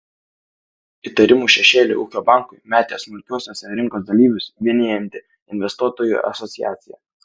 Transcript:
įtarimų šešėlį ūkio bankui metė smulkiuosiuose rinkos dalyvius vienijanti investuotojų asociacija